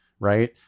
right